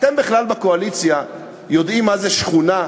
אתם בכלל בקואליציה יודעים מה זה שכונה?